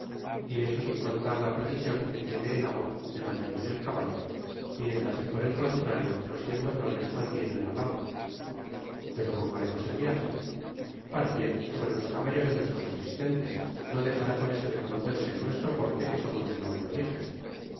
y eso sin contar la precision'que tiene el amo de mantener el caballo mientras que por el contrario los'cieu doblones mantienen al amo pero como haremos el viaje t pardiez sobre los caballos de nuestros asistentes no dejará por eso de conocerse en nuestro porte que somos de noble orijen